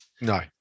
No